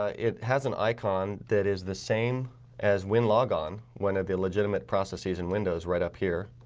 ah it has an icon that is the same as win logon, one of the legitimate processes and windows right up here.